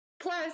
Plus